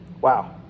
Wow